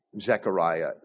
Zechariah